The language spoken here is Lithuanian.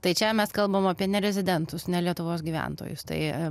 tai čia mes kalbam apie nerezidentus ne lietuvos gyventojus tai